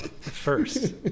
first